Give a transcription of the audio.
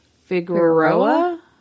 Figueroa